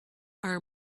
our